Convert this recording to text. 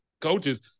coaches